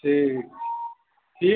ठीक ठीक